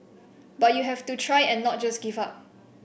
but you have to try and not just give up